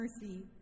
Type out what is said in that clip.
mercy